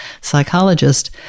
psychologist